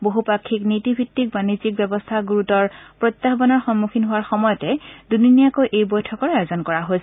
বহুপাক্ষিক নীতি ভিত্তিক বাণিজ্যিক ব্যৱস্থা গুৰুতৰ প্ৰত্যাহানৰ মুখামুখি হোৱাৰ সময়তে দুদিনীয়াকৈ এই বৈঠকৰ আয়োজন কৰা হৈছে